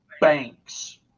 Banks